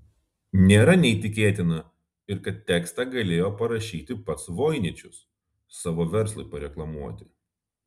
nėra neįtikėtina ir kad tekstą galėjo parašyti pats voiničius savo verslui pareklamuoti